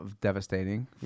devastating